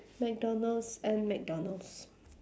mcdonald's and mcdonald's